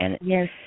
Yes